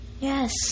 Yes